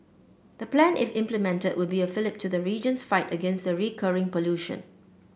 the plan if implemented will be a fillip to the region's fight against the recurring pollution